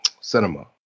cinema